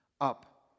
Up